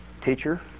teacher